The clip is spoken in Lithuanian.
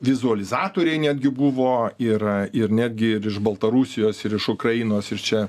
vizualizatoriai netgi buvo ir ir netgi ir iš baltarusijos ir iš ukrainos ir čia